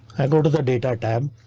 i go to the data tab,